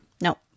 No